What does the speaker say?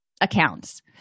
accounts